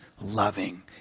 loving